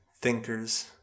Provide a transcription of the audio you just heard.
thinkers